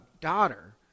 daughter